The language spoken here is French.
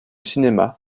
cinéma